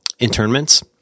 internments